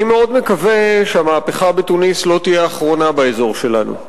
אני מאוד מקווה שהמהפכה בתוניסיה לא תהיה האחרונה באזור שלנו.